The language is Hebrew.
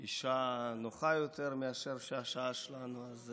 היא שעה נוחה יותר מאשר השעה שלנו, אז